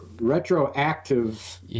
Retroactive